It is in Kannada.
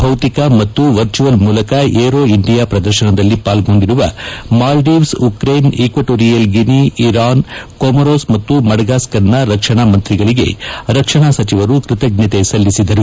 ಭೌತಿಕ ಮತ್ತು ವರ್ಚುವಲ್ ಮೂಲಕ ಏರೋ ಇಂಡಿಯಾ ಪ್ರದರ್ಶನದಲ್ಲಿ ಪಾಲ್ಗೊಂಡಿರುವ Maldives Ukraine Equatorial Guinea Iran Comoros ಮತ್ತು ಮಡಗಾಸ್ಕರ್ನ ರಕ್ಷಣಾ ಮಂತ್ರಿಗಳಿಗೆ ರಕ್ಷಣಾ ಸಚಿವರು ಕ್ಷತಜ್ಞತೆ ಸಲ್ಲಿಸಿದರು